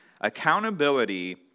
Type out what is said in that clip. accountability